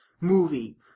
movie